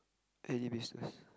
any business